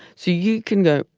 so you can go.